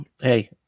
Hey